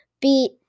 beat